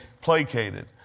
placated